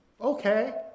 okay